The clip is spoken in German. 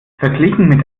verglichen